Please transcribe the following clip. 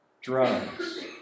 drugs